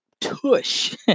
tush